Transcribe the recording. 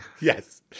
Yes